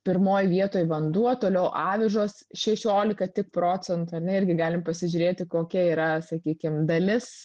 pirmoj vietoj vanduo toliau avižos šešiolika tik procentų ar ne irgi galim pasižiūrėti kokia yra sakykim dalis